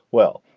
well,